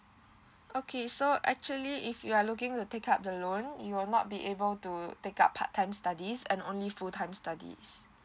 okay so actually if you are looking to take up the loan you will not be able to take up part time studies and only full time studies